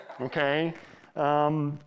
okay